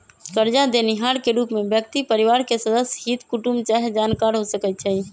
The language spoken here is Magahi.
करजा देनिहार के रूप में व्यक्ति परिवार के सदस्य, हित कुटूम चाहे जानकार हो सकइ छइ